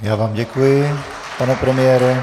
Já vám děkuji, pane premiére.